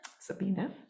Sabina